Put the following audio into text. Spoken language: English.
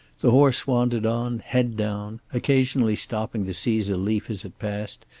the horse wandered on, head down, occasionally stopping to seize a leaf as it passed,